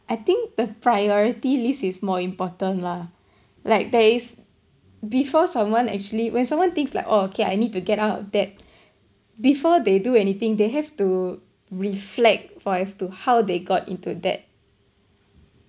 I think the priority list is more important lah like there is before someone actually when someone thinks like oh okay I need to get out of debt before they do anything they have to reflect for as to how they got into that